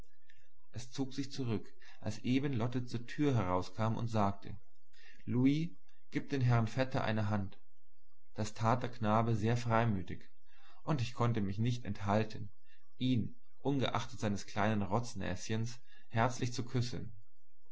es zog sich zurück als eben lotte zur türe herauskam und sagte louis gib dem herrn vetter eine hand das tat der knabe sehr freimütig und ich konnte mich nicht enthalten ihn ungeachtet seines kleinen rotznäschens herzlich zu küssen